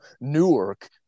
Newark